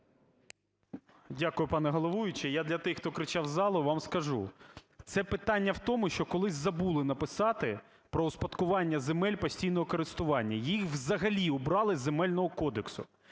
Дякую, пані головуюча. Я для тих, хто кричав з залу, вам скажу. Це питання в тому, що колись забули написати про успадкування земель постійного користування. Їх взагалі убрали з Земельного кодексу.